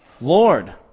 Lord